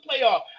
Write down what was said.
playoff